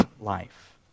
life